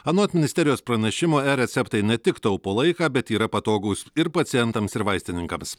anot ministerijos pranešimo e receptai ne tik taupo laiką bet yra patogūs ir pacientams ir vaistininkams